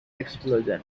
explosion